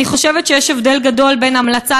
אני חושבת שיש הבדל גדול בין המלצה